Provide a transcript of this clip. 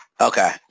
Okay